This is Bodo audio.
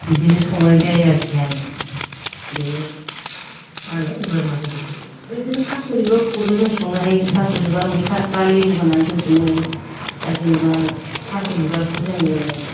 बिदिनो संनाय जायो आरोखि आङो बे माहोनो बोरमा बेदरफोरखौ ओमफ्राय बिदिनो थास' बिबारफोरखौबो जों संनो हायो थास' बिबार मैथा बा लेबु होनानै जों संनो हायो दा जेन'बा थास'बिबारखौ जोङो